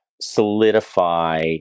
solidify